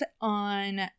on